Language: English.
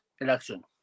election